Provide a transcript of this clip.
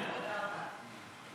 תודה רבה.